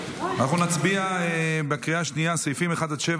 אנחנו נצביע בקריאה שנייה על סעיפים 1 עד 7,